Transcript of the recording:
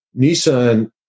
Nissan